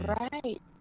Right